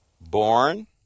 Born